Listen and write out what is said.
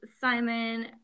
Simon